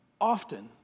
Often